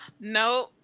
No